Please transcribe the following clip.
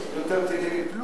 שיותר טילים ייפלו?